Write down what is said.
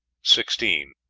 sixteen.